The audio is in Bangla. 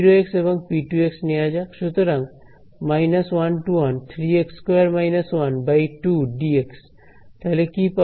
এখন p0 এবং p2 নেওয়া যাক সুতরাং 3x2 − 12dx তাহলে কি পাবো